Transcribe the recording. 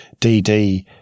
DD